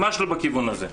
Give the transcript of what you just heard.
ממש לא בכיוון הזה.